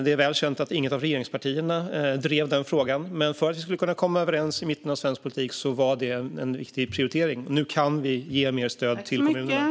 Det är väl känt att inget av regeringspartierna drev frågan, men för att vi skulle kunna komma överens i mitten av svensk politik var detta en viktig prioritering. Nu kan vi ge mer stöd till kommunerna.